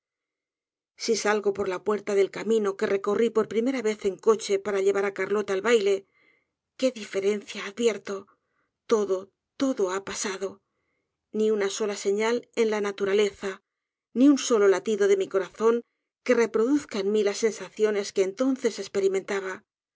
si salgo por la puerta del camino que recorrí por primera vez en coche para llevar á carlota al baile qué diferencia advierto todo todo ha pasado ni una sola señal en la naturaleza ni un solo latido de mi corazón que reproduzca en mí las sensaciones que entonces